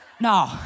No